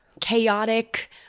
chaotic